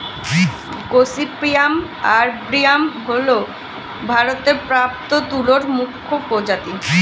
gossypium arboreum হল ভারতে প্রাপ্ত তুলোর মুখ্য প্রজাতি